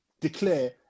declare